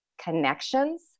connections